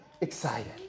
excited